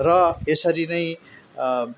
र यसरी नै